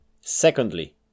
Secondly